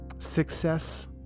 success